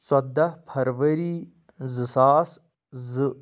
ژُۄدہ فرؤری زٕ ساس زٕ